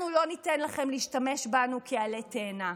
אנחנו לא ניתן לכם להשתמש בנו כעלה תאנה.